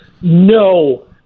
no